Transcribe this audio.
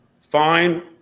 fine